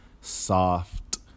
Soft